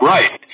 Right